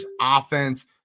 offense